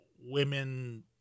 women